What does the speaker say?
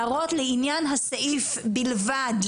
הערות לעניין הסעיף בלבד?